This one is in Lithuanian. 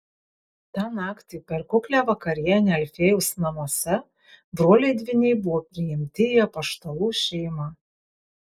tą naktį per kuklią vakarienę alfiejaus namuose broliai dvyniai buvo priimti į apaštalų šeimą